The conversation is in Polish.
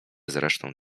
zresztą